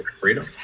freedom